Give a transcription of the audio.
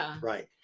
Right